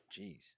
Jeez